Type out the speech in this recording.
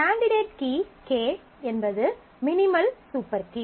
candidate key k என்பது minimal super key